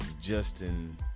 Justin